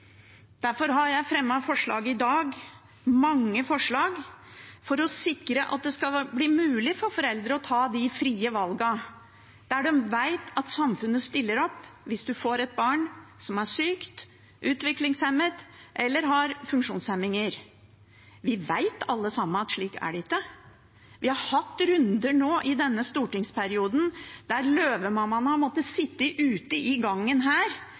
Derfor har jeg fremmet forslag i dag, mange forslag, for å sikre at det skal bli mulig for foreldre å ta de frie valgene, der de vet at samfunnet stiller opp hvis en får et barn som er sykt, utviklingshemmet eller har funksjonshemninger. Vi vet alle sammen at slik er det ikke. Vi har hatt runder nå i denne stortingsperioden, der løvemammaene har måttet sittet ute i gangen her